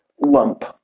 lump